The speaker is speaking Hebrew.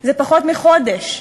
הוא פחות מחודש?